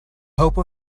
hope